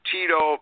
Tito